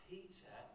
Peter